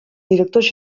directors